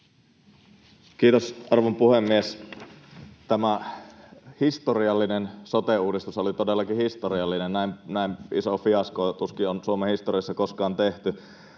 Kiitos, arvon puhemies! Tämä historiallinen sote-uudistus oli todellakin historiallinen. Näin isoa fiaskoa tuskin on Suomen historiassa koskaan tehty.